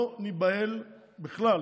לא ניבהל בכלל